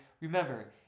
remember